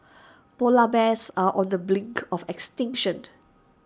Polar Bears are on the blink of extinction